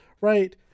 right